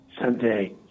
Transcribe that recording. someday